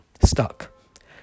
stuck